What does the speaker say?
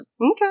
okay